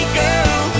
girl